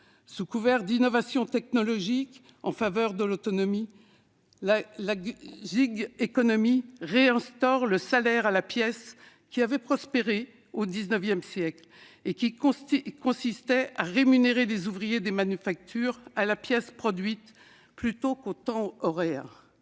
Sous couvert d'innovation technologique en faveur de l'autonomie, la réinstaure le salaire à la pièce, qui avait prospéré au XIX siècle et qui consistait à rémunérer les ouvriers des manufactures à la pièce produite plutôt qu'au temps horaire.